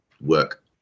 work